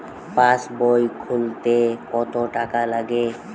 পাশবই খুলতে কতো টাকা লাগে?